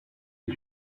est